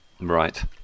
Right